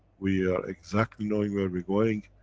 we are exactly knowing where we're going.